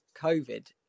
COVID